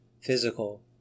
physical